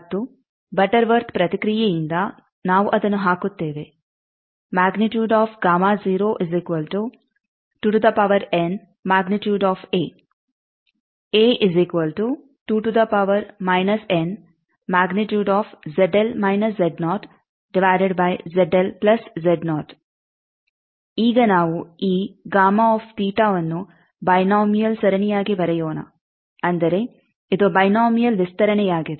ಮತ್ತು Butterworth ಪ್ರತಿಕ್ರಿಯೆಯಿಂದ ನಾವು ಅದನ್ನು ಹಾಕುತ್ತೇವೆ ಈಗ ನಾವು ಈ ಅನ್ನು ಬೈನೋಮಿಯಲ್ ಸರಣಿಯಾಗಿ ಬರೆಯೋಣ ಅಂದರೆ ಇದು ಬೈನೋಮಿಯಲ್ ವಿಸ್ತರಣೆಯಾಗಿದೆ